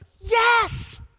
Yes